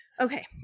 Okay